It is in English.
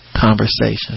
conversation